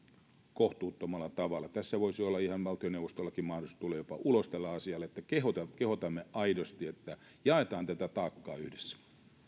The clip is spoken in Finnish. kohtuuttomalla tavalla tässä voisi olla ihan valtioneuvostollakin mahdollisuus tulla jopa ulos tällä asialla että kehotamme aidosti että jaetaan tätä taakkaa yhdessä